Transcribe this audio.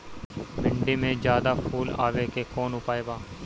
भिन्डी में ज्यादा फुल आवे के कौन उपाय बा?